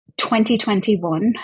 2021